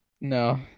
No